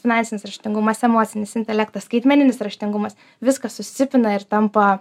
finansinis raštingumas emocinis intelektas skaitmeninis raštingumas viskas susipina ir tampa